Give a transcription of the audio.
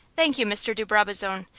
thank you, mr. de brabazon,